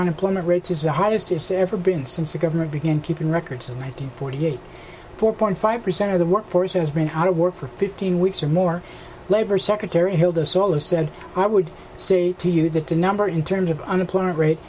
unemployment rate is the highest it's ever been since the government began keeping records and i think forty eight four point five percent of the workforce has been out of work for fifteen weeks or more labor secretary hilda solis said i would say to you that the number in terms of unemployment rate